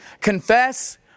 confess